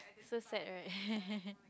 so sad right